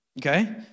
okay